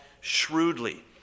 shrewdly